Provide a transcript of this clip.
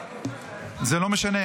--- זה לא משנה.